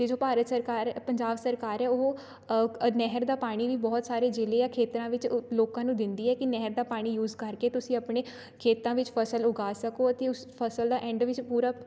ਅਤੇ ਜੋ ਭਾਰਤ ਸਰਕਾਰ ਪੰਜਾਬ ਸਰਕਾਰ ਹੈ ਉਹ ਨਹਿਰ ਦਾ ਪਾਣੀ ਵੀ ਬਹੁਤ ਸਾਰੇ ਜ਼ਿਲ੍ਹੇ ਜਾਂ ਖੇਤਰਾਂ ਵਿੱਚ ਅ ਲੋਕਾਂ ਨੂੰ ਦਿੰਦੀ ਹੈ ਕਿ ਨਹਿਰ ਦਾ ਪਾਣੀ ਯੂਜ ਕਰਕੇ ਤੁਸੀਂ ਆਪਣੇ ਖੇਤਾਂ ਵਿੱਚ ਫਸਲ ਉਗਾ ਸਕੋ ਅਤੇ ਉਸ ਫਸਲ ਦਾ ਐਂਡ ਵਿੱਚ ਪੂਰਾ